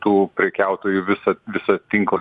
tų prekiautojų visą visą tinklą